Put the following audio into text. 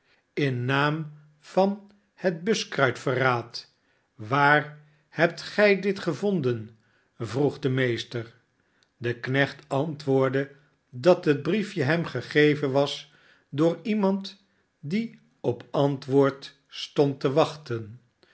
den naam van het buskruitverraad waar hebt gij dit gevondenr vroeg de meester de knecht antwoordde dat het briefje hem gegeven was door iemand die op antwoord stond te wachten